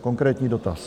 Konkrétní dotaz.